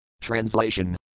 Translation